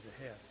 ahead